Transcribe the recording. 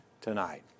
tonight